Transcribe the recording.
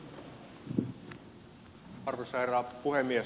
arvoisa herra puhemies